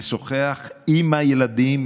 ישוחח עם הילדים,